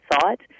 site